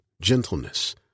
gentleness